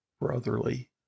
brotherly